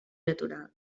natural